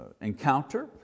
encounter